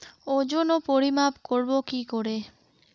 ওজন ও পরিমাপ করব কি করে?